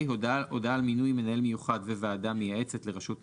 כאן אנחנו מוסיפים את המילים "באישור השר".